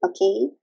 okay